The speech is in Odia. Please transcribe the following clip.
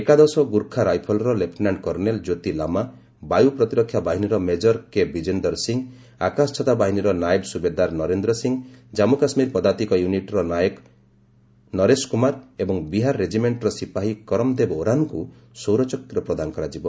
ଏକାଦଶ ଗ୍ରର୍ଖା ରାଇଫଲର ଲେପୁନାଣ୍ଟ କର୍ଷେଲ କ୍ୟୋତି ଲାମ୍ମା ବାୟୁପ୍ରତିରକ୍ଷା ବାହିନୀର ମେଜର କେ ବିଜେନ୍ଦର ସିଂ ଆକାଶଚ୍ଚତା ବାହିନୀର ନାଏବ ସ୍ତବେଦାର ନରେନ୍ଦ୍ର ସିଂ ଜାମ୍ମ କାଶୁୀର ପଦାତିକ ୟୁନିଟ୍ର ନାୟକ ନରେଶ କୁମାର ଏବଂ ବିହାର ରେଜିମେଣ୍ଟର ସିପାହୀ କରମଦେବ ଓରାନ୍ଙ୍କୁ ସୌରଚକ୍ର ପ୍ରଦାନ କରାଯିବ